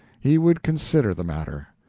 he would consider the matter.